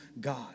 God